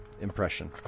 impression